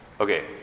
Okay